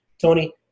Tony